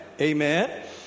Amen